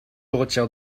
retire